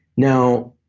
now,